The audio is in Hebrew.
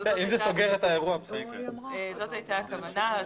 זאת הכוונה.